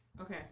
okay